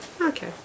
Okay